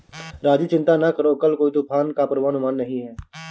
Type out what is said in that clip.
राजू चिंता ना करो कल कोई तूफान का पूर्वानुमान नहीं है